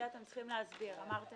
רוצים להסביר את